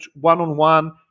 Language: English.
one-on-one